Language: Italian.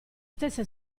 stessa